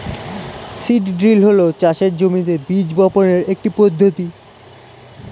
seed drill হল চাষের জমিতে বীজ বপনের একটি পদ্ধতি